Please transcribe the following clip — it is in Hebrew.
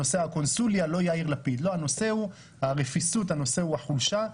הנושא הוא הרפיסות, הנושא הוא החולשה.